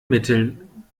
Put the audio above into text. mitteln